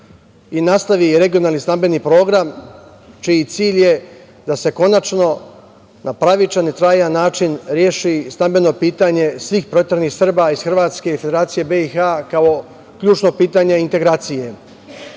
i nastavi regionalni stambeni program čiji cilj je da se konačno na pravičan i trajan način reši stambeno pitanje svih proteranih Srba iz Hrvatske i Federacije BiH, kao ključno pitanje integracije. Podsećam